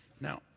Now